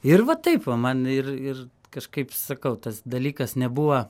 ir va taip va man ir ir kažkaip sakau tas dalykas nebuvo